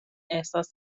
احساس